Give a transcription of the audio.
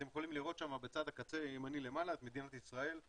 אתם יכולים לראות בצד הקצה הימני למעלה את מדינת ישראל,